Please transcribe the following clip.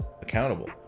accountable